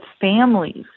families